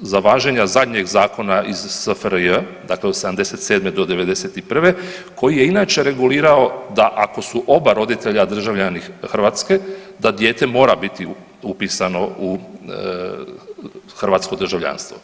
za važenje zadnjeg zakona iz SFRJ, dakle od '77. do '91. koji je inače regulirao da ako su oba roditelja državljani Hrvatske, da dijete mora biti upisano u hrvatsko državljanstvo.